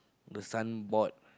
the signboard